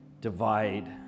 divide